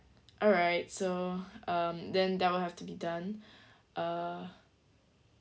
alright so um then that will have to be done uh